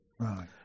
Right